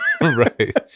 Right